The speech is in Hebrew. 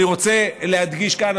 אני רוצה להדגיש כאן,